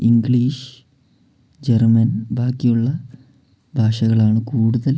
English German ബാക്കിയുള്ള ഭാഷകളാണ് കൂടുതൽ